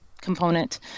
component